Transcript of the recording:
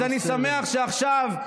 אז אני שמח שעכשיו,